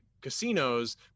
casinos